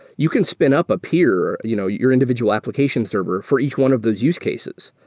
you can spin up a peer, you know your individual application server, for each one of those use cases.